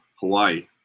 Hawaii